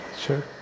sure